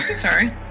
sorry